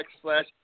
slash